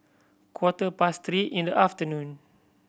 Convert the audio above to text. quarter past three in the afternoon